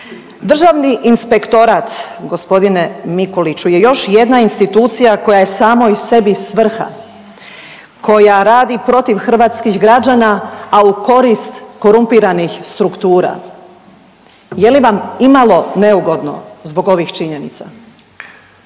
Državni inspektorat gospodine Mikuliću je još jedna institucija koja je samoj sebi svrha, koja radi protiv hrvatskih građana, a u korist korumpiranih struktura. Je li vam imalo neugodno zbog ovih činjenica?